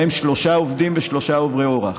ובהם שלושה עובדים ושלושה עוברי אורח.